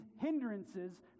hindrances